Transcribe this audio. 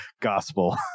gospel